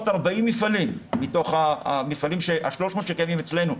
40 מפעלים מתוך ה-300 שקיימים אצלנו,